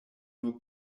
nur